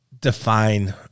define